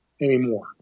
anymore